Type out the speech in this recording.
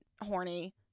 horny